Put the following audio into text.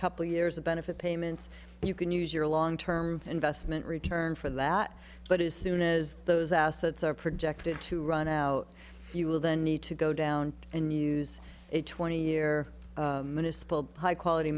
couple years of benefit payments you can use your long term investment return for that but as soon as those assets are projected to run out you will then need to go down and use a twenty year old high quality